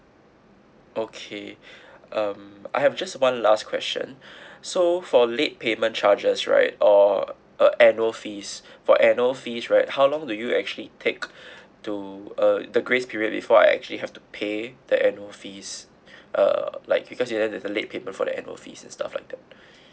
okay um I have just one last question so for late payment charges right or uh annual fees for annual fees right how long do you actually take to uh the grace period before I actually have to pay the annual fees uh like because you know later the late payment for the annual fees and stuff like that